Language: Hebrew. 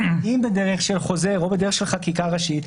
אם בדרך של חוזר או בדרך של חקיקה ראשית,